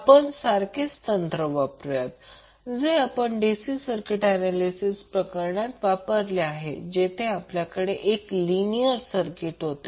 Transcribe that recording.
आपण सारखेच तंत्र वापरूया जे आपण DC सर्किट ऍनॅलिसिस प्रकरणात वापरले जेथे आपल्याकडे एक लिनियर सर्किट होते